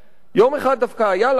יום אחד דווקא היה לה אוכל,